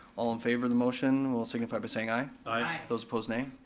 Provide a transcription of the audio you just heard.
all in favor of the motion will signify by saying aye. aye. those opposed nay.